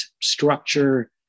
structure